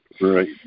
Right